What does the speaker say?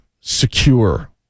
secure